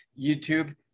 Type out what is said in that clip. YouTube